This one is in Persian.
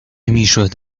میشد